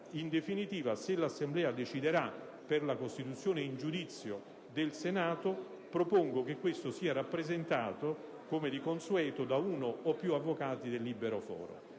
In definitiva, se l'Assemblea deciderà per la costituzione in giudizio del Senato, propongo che questo sia rappresentato, come di consueto, da uno o più avvocati del libero foro.